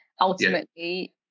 ultimately